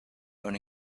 own